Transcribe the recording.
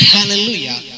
Hallelujah